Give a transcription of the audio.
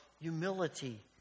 humility